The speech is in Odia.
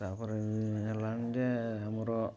ତା'ପରେ ହେଲାଣି ଯେ ଆମର